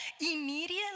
immediately